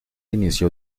inició